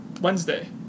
Wednesday